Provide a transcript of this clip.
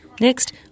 Next